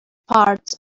parts